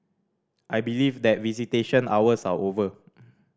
I believe that visitation hours are over